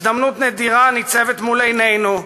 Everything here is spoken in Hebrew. הזדמנות נדירה הניצבת מול עינינו,